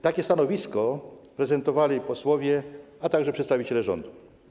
Takie stanowisko prezentowali posłowie, a także przedstawiciele rządu.